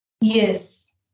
Yes